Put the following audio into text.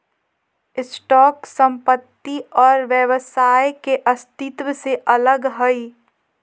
stock संपत्ति और व्यवसाय के अस्तित्व से अलग हइ